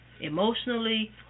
emotionally